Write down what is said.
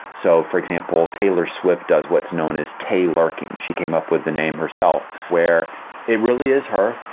so for example, taylor swift does what's known as taylerking. she came up with the name herself, where it really is her.